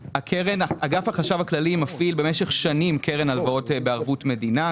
אגף החשב הכללי מפעיל במשך שנים קרן הלוואות בערבות מדינה,